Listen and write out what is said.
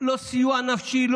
לא סיוע נפשי,